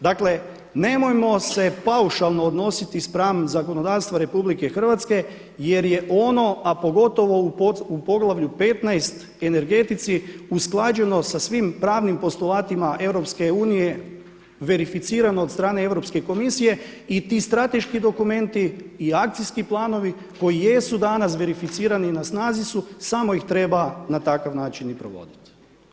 Dakle nemojmo se paušalno odnositi spram zakonodavstva RH jer je ono, a pogotovo u poglavlju 15, energetici usklađeno sa svim pravnim postolatima EU verificiran od strane Europske komisije i strateški dokumenti i akcijski planovi koji jesu danas verificirani i na snazi su, samo ih treba na takav način i provoditi.